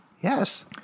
Yes